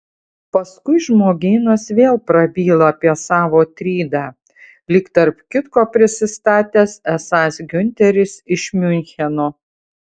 paskui žmogėnas vėl prabyla apie savo trydą lyg tarp kitko prisistatęs esąs giunteris iš miuncheno